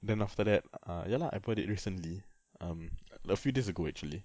then after that uh ya lah I bought it recently um a few days ago actually